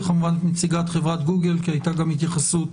וכמובן את נציגת חברת גוגל כי הייתה גם התייחסות